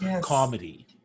comedy